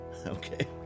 Okay